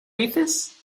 dices